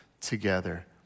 together